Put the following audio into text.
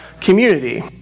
community